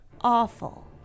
awful